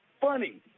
funny